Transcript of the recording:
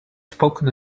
spoken